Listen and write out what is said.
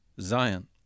Zion